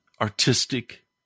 artistic